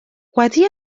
wedi